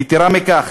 יתרה מכך,